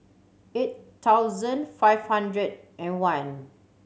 eight thousand five hundred and one